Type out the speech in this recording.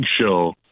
show